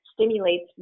stimulates